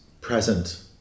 present